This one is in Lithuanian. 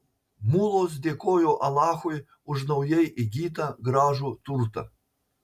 mulos dėkojo alachui už naujai įgytą gražų turtą